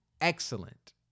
excellent